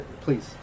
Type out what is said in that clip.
please